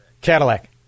Cadillac